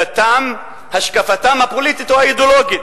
דתם או השקפתם הפוליטית או האידיאולוגית.